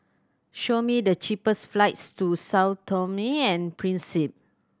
show me the cheapest flights to Sao Tome and Principe